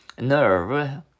nerve